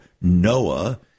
Noah